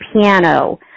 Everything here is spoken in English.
piano